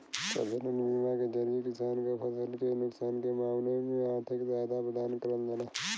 फसल बीमा के जरिये किसान क फसल के नुकसान के मामले में आर्थिक सहायता प्रदान करल जाला